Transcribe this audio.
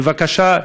בבקשה,